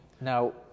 Now